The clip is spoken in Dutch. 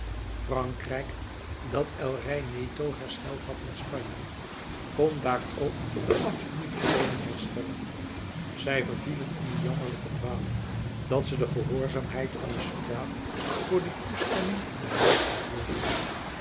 frankrijk dat el rey neto hersteld had in spanje kon daar ook den absoluten koning herstellen zij vervielen in die jammerlijke dwaling dat ze de gehoorzaamheid van den soldaat voor de toestemming der natie hielden